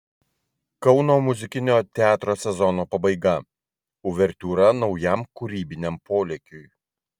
kauno muzikinio teatro sezono pabaiga uvertiūra naujam kūrybiniam polėkiui